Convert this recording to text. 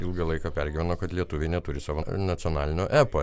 ilgą laiką pergyveno kad lietuviai neturi savo nacionalinio epo